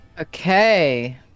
Okay